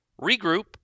Regroup